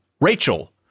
Rachel